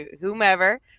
whomever